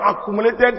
accumulated